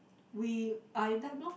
we are in debt lor